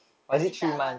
tapi tak lah